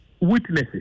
witnesses